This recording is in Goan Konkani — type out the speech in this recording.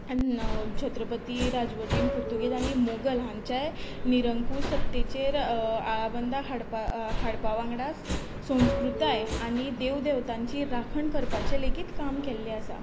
आनी छत्रपती राजवटीन पुर्तुगेजांनी मुगल हांच्याय निरंकूस सत्तेचेर आळाबंदा हाडपाक हाडपा वांगडाच संस्कृताय आनी देव देवतांची राखण करपाची लेगीत काम केल्लें आसा